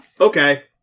Okay